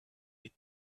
with